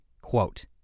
Quote